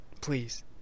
please